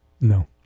No